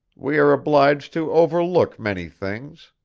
we are obliged to overlook many things.